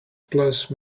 plush